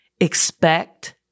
expect